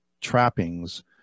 trappings